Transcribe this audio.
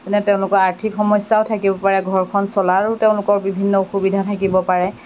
মানে তেওঁলোকৰ আৰ্থিক সমস্যাও থাকিব পাৰে ঘৰখন চলাৰো তেওঁলোকৰ বিভিন্ন অসুবিধা থাকিব পাৰে